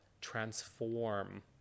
transform